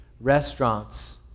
restaurants